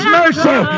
mercy